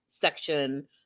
section